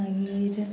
मागीर